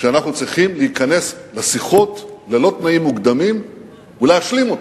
שאנחנו צריכים להיכנס לשיחות ללא תנאים מוקדמים ולהשלים אותן,